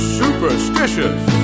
superstitious